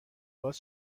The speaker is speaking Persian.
باز